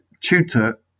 tutor